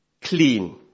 clean